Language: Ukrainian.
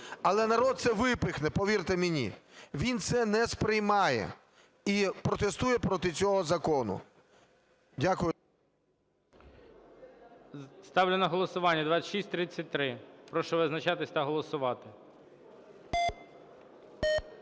але народ це випихне, повірте мені. Він це не сприймає і протестує проти цього закону. Дякую. ГОЛОВУЮЧИЙ. Ставлю на голосування 2633. Прошу визначатись та голосувати.